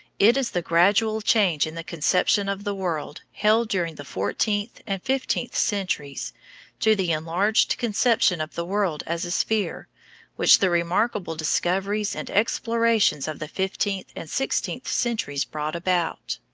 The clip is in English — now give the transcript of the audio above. it is the gradual change in the conception of the world held during the fourteenth and fifteenth centuries to the enlarged conception of the world as a sphere which the remarkable discoveries and explorations of the fifteenth and sixteenth centuries brought about.